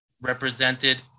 represented